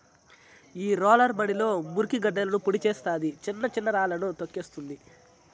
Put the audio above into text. ఈ రోలర్ మడిలో మురికి గడ్డలను పొడి చేస్తాది, చిన్న చిన్న రాళ్ళను తోక్కేస్తుంది